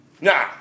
Nah